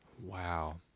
wow